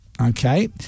Okay